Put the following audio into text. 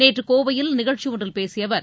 நேற்று கோவையில் நிகழ்ச்சி ஒன்றில் பேசிய அவர்